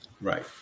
Right